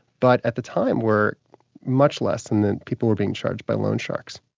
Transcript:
but at the time were much less than than people were being charged by loan sharks.